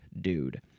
dude